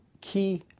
key